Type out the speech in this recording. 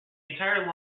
entire